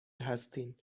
هستین